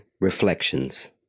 Reflections